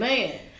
Man